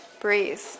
Breathe